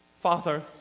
Father